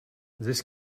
this